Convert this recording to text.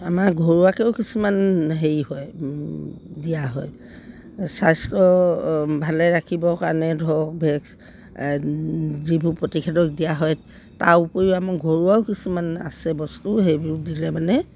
আমাৰ ঘৰুৱাকৈয়ো কিছুমান হেৰি হয় দিয়া হয় স্বাস্থ্য ভালে ৰাখিবৰ কাৰণে ধৰক ভেক্স যিবোৰ প্ৰতিষেধক দিয়া হয় তাৰ উপৰিও আমাৰ ঘৰুৱাও কিছুমান আছে বস্তু সেইবোৰ দিলে মানে